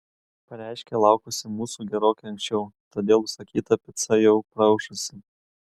pareiškė laukusi mūsų gerokai anksčiau todėl užsakyta pica jau praaušusi